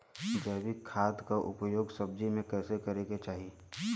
जैविक खाद क उपयोग सब्जी में कैसे करे के चाही?